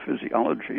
Physiology